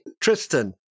Tristan